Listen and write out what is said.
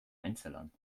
einzellern